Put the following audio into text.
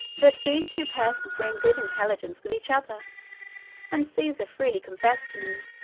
that these two persons were in good intelligence with each other and caesar freely confessed to me,